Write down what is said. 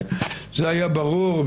זה היה ברור,